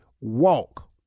walk